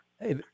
Hey